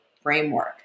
framework